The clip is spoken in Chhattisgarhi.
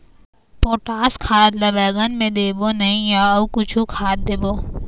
पोटास खाद ला बैंगन मे देबो नई या अऊ कुछू खाद देबो?